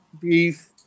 beef